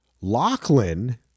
Lachlan